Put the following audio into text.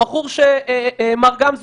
פרופ' גרוטו,